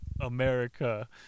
America